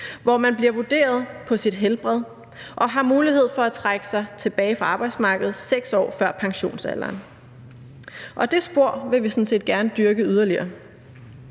hvor man bliver vurderet på sit helbred og har mulighed for at trække sig tilbage fra arbejdsmarkedet 6 år før pensionsalderen. Og det spor vil vi sådan set gerne dyrke yderligere.